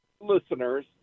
listeners